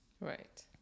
Right